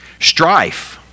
Strife